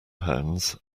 pounds